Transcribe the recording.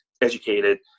educated